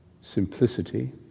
simplicity